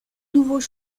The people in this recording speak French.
nouveaux